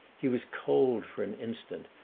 he was cold for an instant,